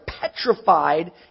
petrified